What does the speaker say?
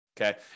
okay